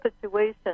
situation